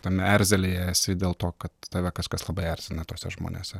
tame erzelyje esi dėl to kad tave kažkas labai erzina tuose žmonėse